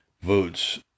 votes